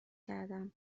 کردم